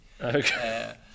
Okay